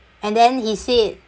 and then he said